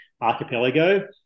archipelago